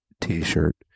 T-shirt